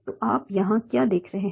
तो आप यहाँ क्या देख रहे हैं